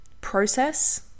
Process